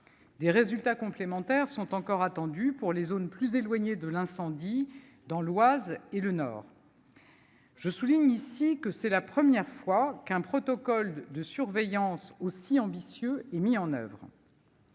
Des résultats complémentaires sont encore attendus pour les zones plus éloignées de l'incendie, dans l'Oise et le Nord. Je le souligne, c'est la première fois qu'un protocole de surveillance aussi ambitieux est mis en oeuvre.